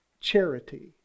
Charity